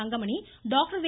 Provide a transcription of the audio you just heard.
Thangamani doctor வே